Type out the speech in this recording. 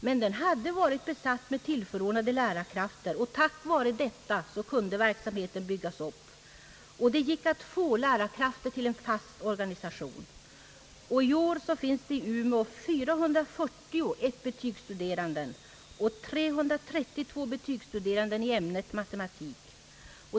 Tjänsten hade dock varit besatt med tillförordnade lärarkrafter, och tack vare detta kunde verksamheten byggas upp. Det gick att få lärarkrafter till en fast organisation. I år finns det i Umeå 440 ettbetygsstuderande och 330 tvåbetygsstuderande i ämnet matematik.